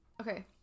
Okay